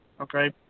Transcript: okay